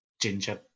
ginger